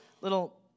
little